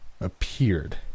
appeared